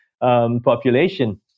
population